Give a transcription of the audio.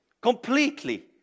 Completely